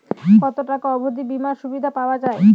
কত টাকা অবধি বিমার সুবিধা পাওয়া য়ায়?